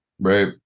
right